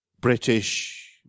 British